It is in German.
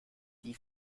die